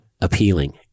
appealing